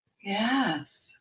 Yes